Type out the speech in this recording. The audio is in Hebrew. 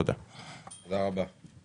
תודה רבה.